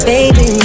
Baby